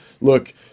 look